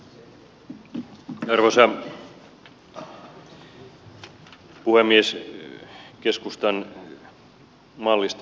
keskustan mallista ja huolesta lääkäriin pääsystä